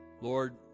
Lord